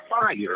fire